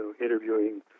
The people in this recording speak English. interviewing